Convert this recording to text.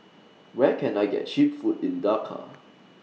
Where Can I get Cheap Food in Dhaka